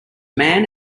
man